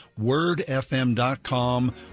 WordFM.com